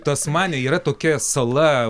tasmanija yra tokia sala